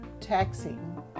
taxing